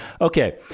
Okay